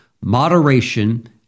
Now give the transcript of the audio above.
moderation